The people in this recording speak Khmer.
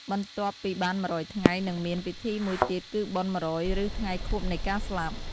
បន្ទាប់ពីបាន១០០ថ្ងៃនឹងមាន ពិធីមួយទៀត គឺបុណ្យ១០០ ឬ ថ្ងៃខួបនៃការស្លាប់។